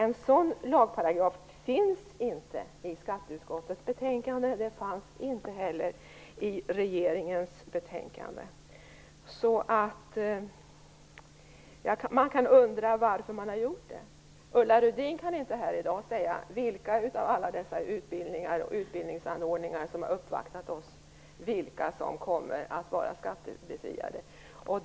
En sådan lagparagraf finns inte i skatteutskottets betänkande. Det fanns inte heller i regeringens betänkande. Man kan undra varför man har gjort så. Ulla Rudin kan här i dag inte säga vilka av alla dessa utbildningar och utbildningsanordnare som har uppvaktat oss som kommer att vara skattebefriade.